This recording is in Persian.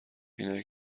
اینایی